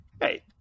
hey